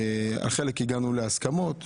על חלק הגענו להסכמות,